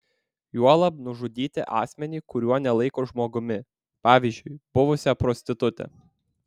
juolab nužudyti asmenį kurio nelaiko žmogumi pavyzdžiui buvusią prostitutę